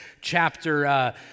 chapter